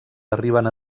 arriben